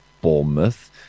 Bournemouth